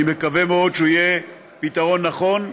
אני מקווה מאוד שהוא יהיה פתרון נכון,